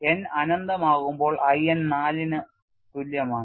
n അനന്തമാകുമ്പോൾ I n 4 ന് തുല്യമാണ്